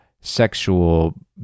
sexual